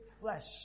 flesh